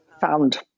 found